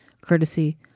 courtesy